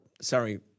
sorry